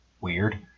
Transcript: weird